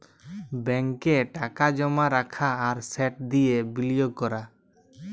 ব্যাংকে টাকা জমা রাখা আর সেট দিঁয়ে বিলিয়গ ক্যরা